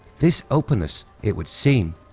this openness, it would seem,